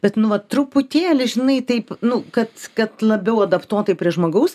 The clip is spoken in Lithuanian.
bet nu va truputėlį žinai taip nu kad kad labiau adaptuotai prie žmogaus